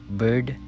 bird